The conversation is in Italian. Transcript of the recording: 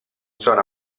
sono